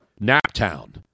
Naptown